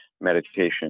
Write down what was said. meditation